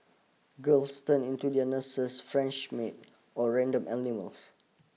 girls turn into their nurses French maid or random animals